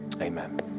Amen